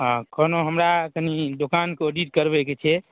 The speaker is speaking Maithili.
हँ कहलहुॅं हमरा कनी दोकान के ओडिट करबै के छै